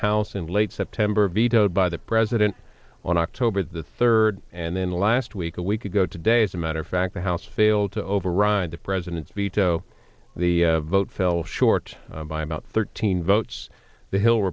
house in late september vetoed by the president on october the third and then last week a week ago today as a matter of fact the house failed to override the president's veto the vote fell short by about thirteen votes the hill